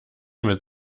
mit